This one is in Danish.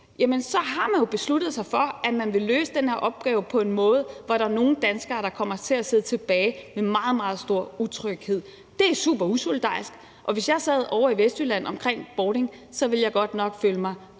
Så har man jo besluttet sig for, at man vil løse den her opgave på en måde, hvor der er nogle danskere, der kommer til at sidde tilbage med en meget, meget stor utryghed. Det er super usolidarisk, og hvis jeg sad ovre i Vestjylland omkring Bording, ville jeg godt nok føle mig